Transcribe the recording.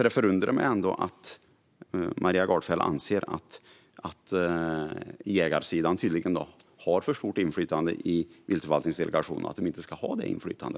Det förundrar mig därför att Maria Gardfjell anser att jägarsidan tydligen har för stort inflytande i viltförvaltningsdelegationerna och att de inte ska ha detta inflytande.